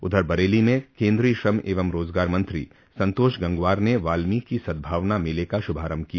उधर बरेली में केन्द्रीय श्रम एवं रोजगार मंत्री संतोष गंगवार ने वाल्मीकि सद्भावना मेले का श्रभारम्भ किया